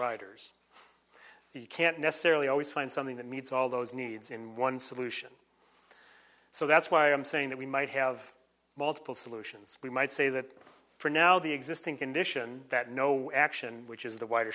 riders you can't necessarily always find something that meets all those needs in one solution so that's why i'm saying that we might have multiple solutions we might say that for now the existing condition that no action which is the wider